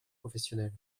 professionnels